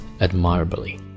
admirably